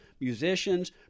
musicians